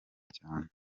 cyane